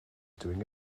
doing